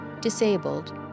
disabled